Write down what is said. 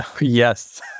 Yes